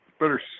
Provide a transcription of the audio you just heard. better